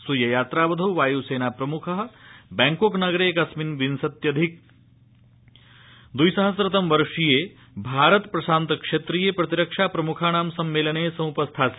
स्वीय यात्रावधौ वाय्सेना प्रमुख बैंकॉक नगरे एकोन विंशत्यधिक द्विसहस्रतम वर्षीये भारत प्रशांत क्षेत्रीय प्रतिरक्षा प्रमुखाणां सम्मेलने समुपस्थास्यति